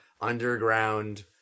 underground